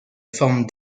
forme